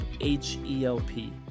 H-E-L-P